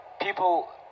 people